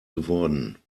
geworden